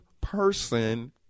person